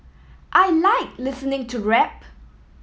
I like listening to rap